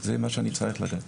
זה מה שרציתי להגיד.